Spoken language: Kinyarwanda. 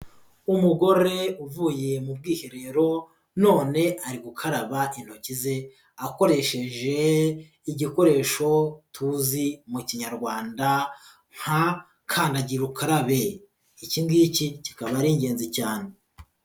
Umugore uvuye mu bwiherero none ari gukaraba intoki ze akoresheje igikoresho tuzi mu Kinyarwanda nka kandagira ukarabe, iki ngiki kikaba ari ingenzi cyane.